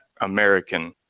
American